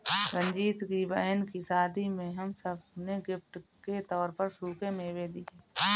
रंजीत की बहन की शादी में हम सब ने गिफ्ट के तौर पर सूखे मेवे दिए